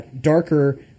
darker